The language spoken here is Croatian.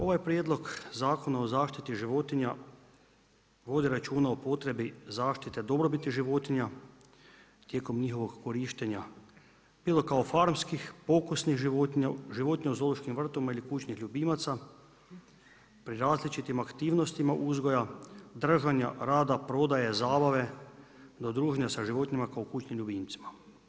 Ovaj prijedlog Zakona o zaštiti životinja vodi računa o potrebi zaštiti dobrobiti životinja tijekom njihovog korištenja bilo kao farmskih, pokusnih životinja, životinja u zoološkim vrtovima ili kućnih ljubimaca pri različitim aktivnostima uzgoja, držanja, rada, prodaje, zabave do druženja sa životinjama kao kućnim ljubimcima.